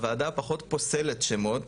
הוועדה פחות פוסלת שמות,